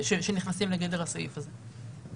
שנכנסים לגדר הסעיף הזה.